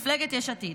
מפלגת יש עתיד,